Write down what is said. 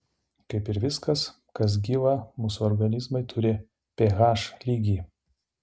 kaip ir viskas kas gyva mūsų organizmai turi ph lygį